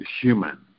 human